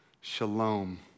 Shalom